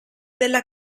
della